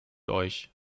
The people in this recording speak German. euch